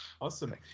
awesome